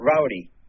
rowdy